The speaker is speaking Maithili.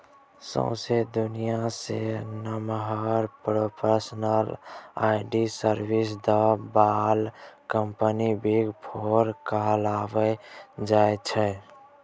सौंसे दुनियाँक सबसँ नमहर प्रोफेसनल आडिट सर्विस दय बला कंपनी बिग फोर कहल जाइ छै